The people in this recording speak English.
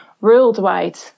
worldwide